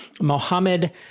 Mohammed